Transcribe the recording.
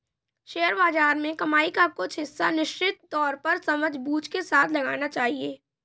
share बाज़ार में कमाई का कुछ हिस्सा निश्चित तौर पर समझबूझ के साथ लगाना चहिये